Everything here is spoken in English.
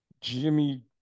Jimmy